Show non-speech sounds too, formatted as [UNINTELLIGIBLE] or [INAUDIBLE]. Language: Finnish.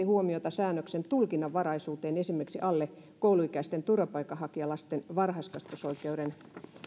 [UNINTELLIGIBLE] huomiota säännöksen tulkinnanvaraisuuteen esimerkiksi alle kouluikäisten turvapaikanhakijalasten varhaiskasvatusoikeuden